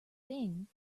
thing